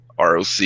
ROC